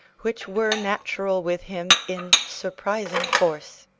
which were natural with him in surprising force.